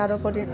তাৰোপৰি